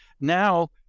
Now